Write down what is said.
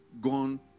gone